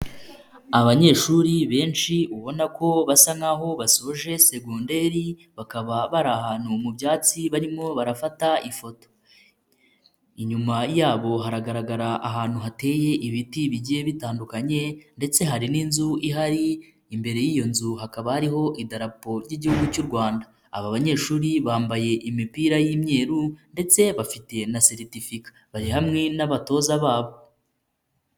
Abanyeshuri benshi ubona ko basa nkaho basoje segonderi, bakaba bari ahantu mu byatsi, barimo barafata ifoto, inyuma yabo haragaragara ahantu, hateye ibiti bigiye bitandukanye, ndetse hari n'inzu ihari imbere y'iyo nzu, hakaba hariho idarapo ry'igihugu cy'u Rwanda. Aba banyeshuri bambaye imipira y'imyeru ,ndetse bafite na seretifika, bari hamwe n'abatoza babo.